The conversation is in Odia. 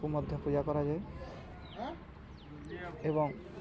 କୁ ମଧ୍ୟ ପୂଜା କରାଯାଏ ଏବଂ